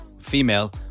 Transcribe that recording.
female